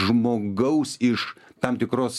žmogaus iš tam tikros